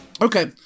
Okay